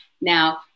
Now